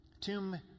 tomb